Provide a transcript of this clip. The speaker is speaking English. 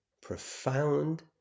profound